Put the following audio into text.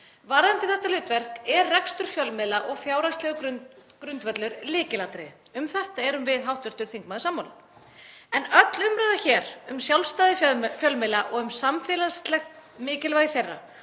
Varðandi þetta hlutverk er rekstur fjölmiðla og fjárhagslegur grundvöllur lykilatriði, um það erum við hv. þingmaður sammála. En öll umræða hér um sjálfstæði fjölmiðla, um samfélagslegt mikilvægi þeirra